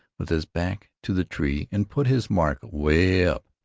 with his back to the tree, and put his mark away up,